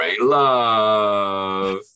love